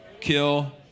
kill